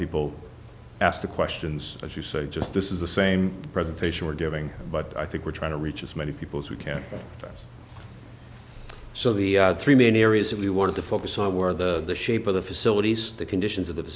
people ask the questions as you say just this is the same presentation we're doing but i think we're trying to reach as many people as we can so the three main areas that we wanted to focus on were the the shape of the facilities the conditions of the